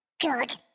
Good